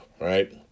right